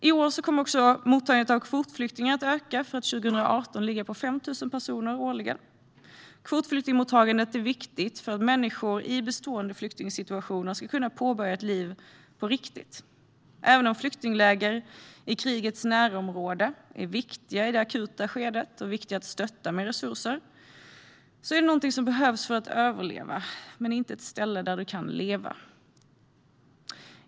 I år kommer också mottagandet av kvotflyktingar att öka för att 2018 ligga på 5 000 personer årligen. Kvotflyktingmottagandet är viktigt för att människor i bestående flyktingsituationer ska kunna påbörja ett liv på riktigt. Även om flyktingläger i krigets närområde är viktiga i det akuta skedet - och viktiga att stötta med resurser - är de någonting som behövs för att överleva men inte ett ställe där man kan leva.